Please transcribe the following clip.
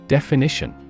Definition